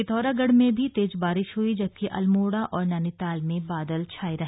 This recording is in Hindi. पिथौरागढ़ में भी तेज बारिश हई जबकि अल्मोड़ा और नैनीताल में बादल छाये रहे